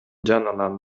жанынан